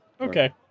okay